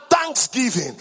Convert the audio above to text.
Thanksgiving